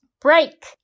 Break